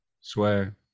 Swear